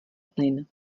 plyn